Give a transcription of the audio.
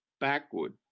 backward